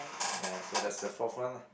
ya so that's the fourth one lah